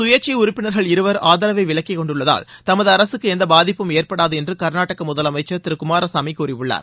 கயேட்சை உறுப்பினர்கள் இருவர் ஆதரவை விலக்கிகொண்டுள்ளதால் தமது அரசுக்கு எந்த பாதிப்பும் ஏற்படாது என்று கர்நாடக முதலமைச்சர் திரு குமாரசாமி கூறியுள்ளார்